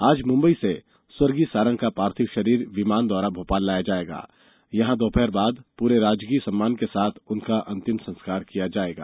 आज मुंबई से स्वर्गीय सारंग का पार्थिव शरीर विमान द्वारा भोपाल लाया जाएगा यहां दोपहर बाद पूरे राजकीय सम्मान से उनका अंतिम संस्कार किया जाएगा